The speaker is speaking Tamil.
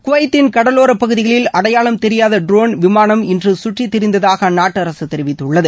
குவைத்தின் கடலோரப் பகுதிகளில் அடைபாளம் தெரியாத ட்ரோன் விமானம் இன்று கற்றித்திரிந்ததாக அந்நாட்டு அரசு தெரிவித்துள்ளது